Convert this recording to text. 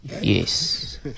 Yes